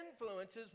influences